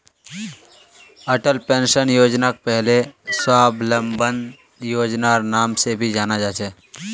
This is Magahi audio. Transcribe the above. अटल पेंशन योजनाक पहले स्वाबलंबन योजनार नाम से भी जाना जा छे